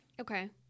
okay